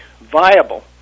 viable